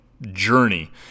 journey